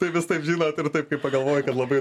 tai vis taip žinot ir taip kai pagalvoji kad labai